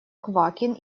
квакин